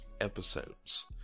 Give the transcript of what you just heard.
episodes